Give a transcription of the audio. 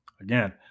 again